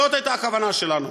זאת הייתה הכוונה שלנו,